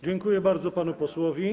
Dziękuję bardzo panu posłowi.